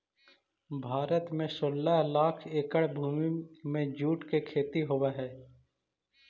भारत में सोलह लाख एकड़ भूमि में जूट के खेती होवऽ हइ